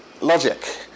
logic